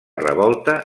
revolta